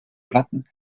platten